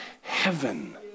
heaven